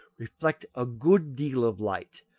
reflect a good deal of light,